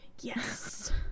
Yes